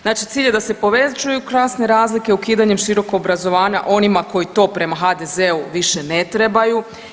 Znači cilj je da se povećaju klasne razlike ukidanjem širokog obrazovanja onima koji to prema HDZ-u više ne trebaju.